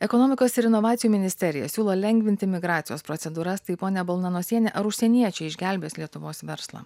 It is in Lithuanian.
ekonomikos ir inovacijų ministerija siūlo lengvint imigracijos procedūras tai ponia balnanosiene ar užsieniečiai išgelbės lietuvos verslą